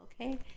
Okay